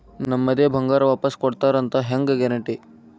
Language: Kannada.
ನಮ್ಮದೇ ಬಂಗಾರ ವಾಪಸ್ ಕೊಡ್ತಾರಂತ ಹೆಂಗ್ ಗ್ಯಾರಂಟಿ?